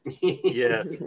Yes